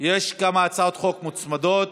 יש כמה הצעות חוק מוצמדות.